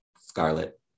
Scarlet